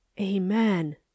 Amen